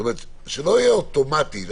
שזה לא יהיה אוטומטי.